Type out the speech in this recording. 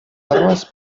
barbes